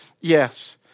Yes